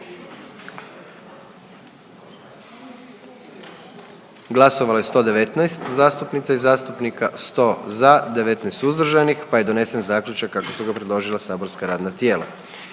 Glasovalo je 109 zastupnica i zastupnika, 106 za, 3 suzdržana i donesen zaključak kako ga je predložilo matično saborsko radno tijelo.